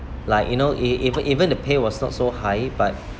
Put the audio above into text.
like you know e~ even even the pay was not so high but